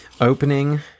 opening